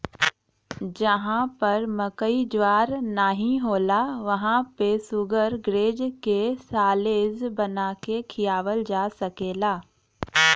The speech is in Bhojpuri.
जहां पर मकई ज्वार नाहीं होला वहां पे शुगरग्रेज के साल्लेज बना के खियावल जा सकला